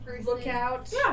lookout